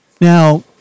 Now